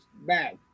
bad